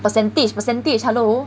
percentage percent 地产喽